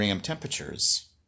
temperatures